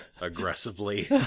aggressively